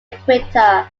equator